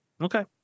Okay